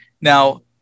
Now